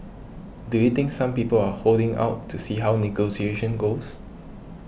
do you think some people are holding out to see how negotiations goes